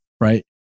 right